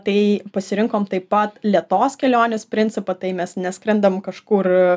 tai pasirinkom taip pat lėtos kelionės principą tai mes neskrendam kažkur